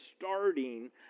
starting